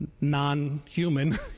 non-human